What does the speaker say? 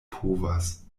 povas